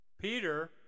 Peter